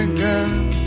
girl